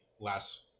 last